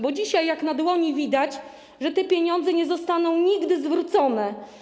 Bo dzisiaj jak na dłoni widać, że te pieniądze nie zostaną nigdy zwrócone.